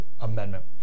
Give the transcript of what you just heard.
Amendment